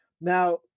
Now